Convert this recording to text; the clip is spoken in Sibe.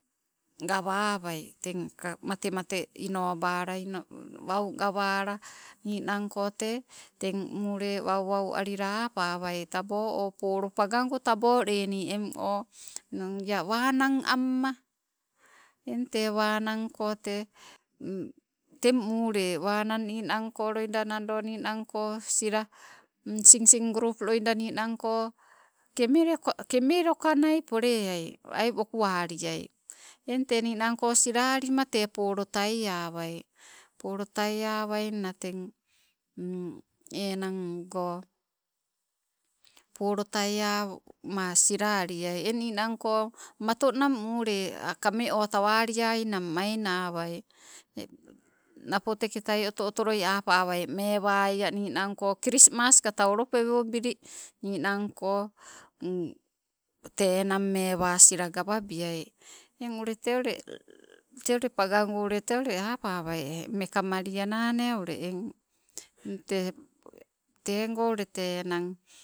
Gawawaii tangka, mate mate innobala ino, wau gawala, ninangko tee, teng mule wau wau alilaa appawaii taboo o, polo pagago taboo leni, eng o ia wannang amma. Eng tee, wanangko tee, teng mule wananang ninangko loida nado ninangko sila, singsing grup loida ninangko, kemeoi kemelokaina polleaii aii wokuu aliai. Eng tee ninangko sila alima tee polo taiawai, polo tai awainna teng, enang goo polo taiaama, sila aliai. Eng ninangko matonang mule aa kamme o tawaliainang mainawai, napo teketai oto oto lloi apawai meema iaa niangko krismas kata ulopewobili, ninangko, tee enang meewa sila gawaibiai. Eng ule tee ule, teulle pagagoo teule apawai e mekamalienanee ule eng. Tee tagoo ule enang.